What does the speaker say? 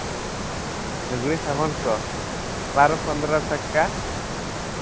ᱞᱩᱜᱽᱲᱤ ᱥᱟᱵᱚᱱ ᱠᱚ ᱵᱟᱨᱚ ᱯᱚᱱᱨᱚ ᱴᱟᱠᱟ